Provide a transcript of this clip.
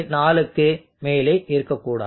4க்கு மேலே இருக்கக்கூடாது